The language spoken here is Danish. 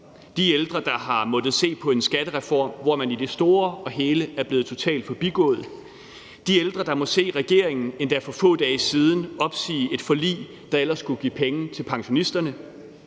de ældre, der har måttet se på en skattereform, hvor man i det store og hele er blevet totalt forbigået, de ældre, der må se regeringen, endda for få dage siden, opsige et forlig, der ellers skulle give penge til pensionisterne.